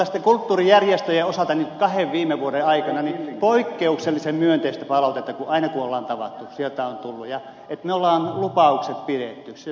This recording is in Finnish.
toisaalta kulttuurijärjestöjen osalta nyt kahden viime vuoden aikana on tullut poikkeuksellisen myönteistä palautetta aina kun on tavattu me olemme lupaukset pitäneet